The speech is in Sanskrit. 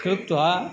कृत्वा